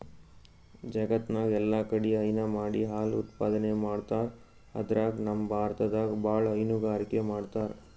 ಜಗತ್ತ್ನಾಗ್ ಎಲ್ಲಾಕಡಿ ಹೈನಾ ಮಾಡಿ ಹಾಲ್ ಉತ್ಪಾದನೆ ಮಾಡ್ತರ್ ಅದ್ರಾಗ್ ನಮ್ ಭಾರತದಾಗ್ ಭಾಳ್ ಹೈನುಗಾರಿಕೆ ಮಾಡ್ತರ್